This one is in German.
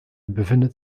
befindet